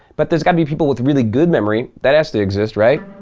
but there's got to be people with really good memory. that has to exist, right?